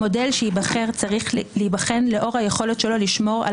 המודל שייבחר צריך להיבחן לאור היכולת שלו לשמור על